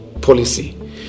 policy